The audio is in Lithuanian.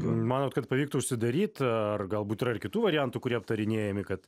manot kad pavyktų užsidaryt ar galbūt yra ir kitų variantų kurie aptarinėjami kad